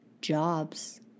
jobs